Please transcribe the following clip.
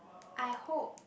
I hope